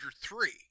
three